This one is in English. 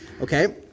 okay